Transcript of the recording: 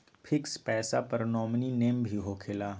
Fix पईसा पर nominee name भी होकेला?